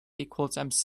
equals